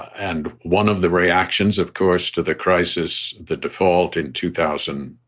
and one of the reactions, of course, to the crisis, the default in two thousand,